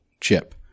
chip